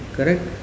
Correct